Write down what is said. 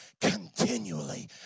Continually